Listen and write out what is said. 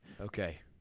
Okay